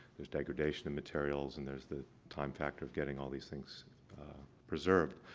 there's degradation in materials and there's the time factor of getting all these things preserved.